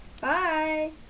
bye